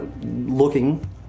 looking